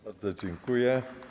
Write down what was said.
Bardzo dziękuję.